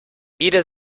jede